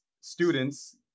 students